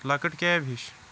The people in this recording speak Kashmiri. لۄکٕٹۍ کیب ہش